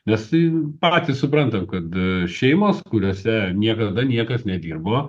nes ir patys suprantam kad šeimos kuriose niekada niekas nedirbo